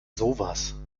sowas